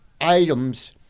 items